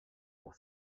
pour